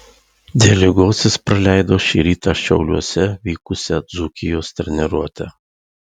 dėl ligos jis praleido šį rytą šiauliuose vykusią dzūkijos treniruotę